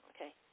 Okay